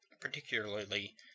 particularly